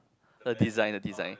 the design the design